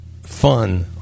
fun